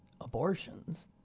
abortions